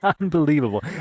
unbelievable